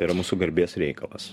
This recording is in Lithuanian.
tai yra mūsų garbės reikalas